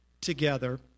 together